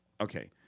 Okay